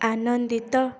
ଆନନ୍ଦିତ